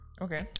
Okay